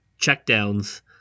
checkdowns